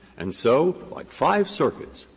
and so, like five circuits,